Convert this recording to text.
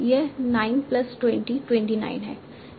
यह 9 प्लस 20 29 है